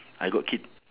I got kid